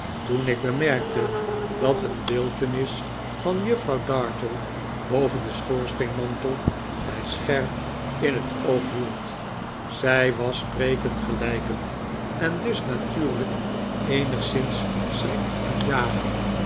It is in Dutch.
toen ik bemerkte dat een beeltenis van juffrouw dartle boven den schoorsteenmantel mij scherp in het oog hield zij was sprekend gelijkend en dus natuurlijk eenigszins schrikaanjagend